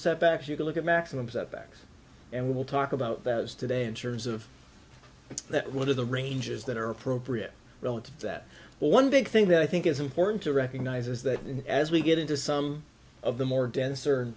setbacks you can look at maximum setbacks and we'll talk about that is today in terms of it's that one of the ranges that are appropriate relative that one big thing that i think is important to recognize is that as we get into some of the more denser mor